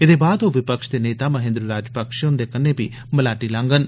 एदे बाद ओ विपक्ष दे नेता महेन्द्र राजपक्षे ह्न्दे कन्नै बी मलाटी लांगन